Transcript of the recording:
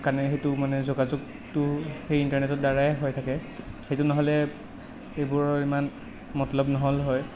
কাৰণে সেইটো মানে যোগাযোগটো সেই ইন্টাৰনেটৰ দ্বাৰাই হৈ থাকে সেইটো নহ'লে সেইবোৰৰ ইমান মতলব নহ'ল হয়